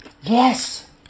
Yes